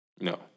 No